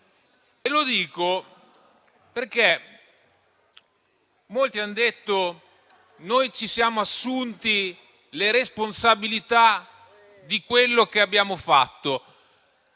Lo dico perché molti hanno detto: noi ci siamo assunti le responsabilità di quello che abbiamo fatto.